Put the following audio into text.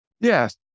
Yes